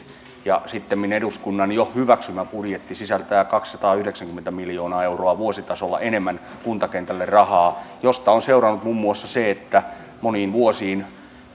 ja sittemmin eduskunnan jo hyväksymä budjetti sisältää kaksisataayhdeksänkymmentä miljoonaa euroa vuositasolla enemmän kuntakentälle rahaa mistä on seurannut muun muassa se että moniin vuosiin